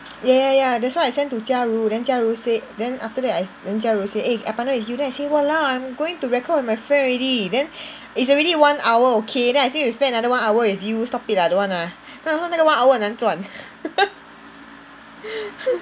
ya ya ya that's why I send to Jia Ru then Jia Ru say then after that I then after that Jia Ru say eh I partner with you then I say !walao! I'm going to record with my friend already then it's already one hour okay then I still spend another one hour with you stop it lah I don't want lah 更何况那个 one hour 很难赚